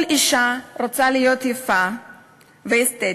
כל אישה רוצה להיות יפה ואסתטית.